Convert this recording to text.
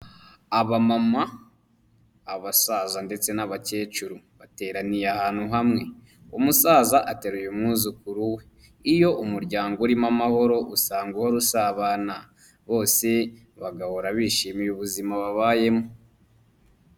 Abamama, abasaza ndetse n'abakecuru. Bateraniye ahantu hamwe. Umusaza ateruye umwuzukuru we. Iyo umuryango urimo amahoro, usanga uhora usabana. Bose bagahora bishimiye ubuzima babayemo.